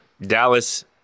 Dallas